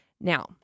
Now